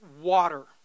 water